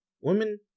Women